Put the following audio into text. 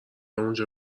اونجا